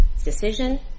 decision